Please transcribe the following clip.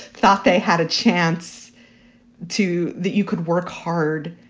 thought they had a chance to. that you could work hard